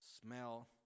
smell